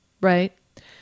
right